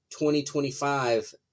2025